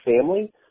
family